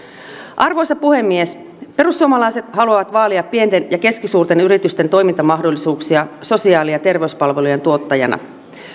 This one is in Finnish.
arvoisa puhemies perussuomalaiset haluavat vaalia pienten ja keskisuurten yritysten toimintamahdollisuuksia sosiaali ja terveyspalvelujen tuottajana